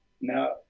Now